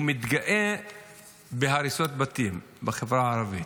הוא מתגאה בהריסות בתים בחברה הערבית.